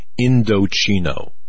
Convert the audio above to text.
Indochino